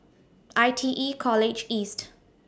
I T E College East